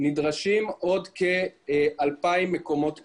נדרשים עוד כ-2,000 מקומות כליאה.